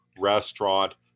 restaurant